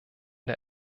der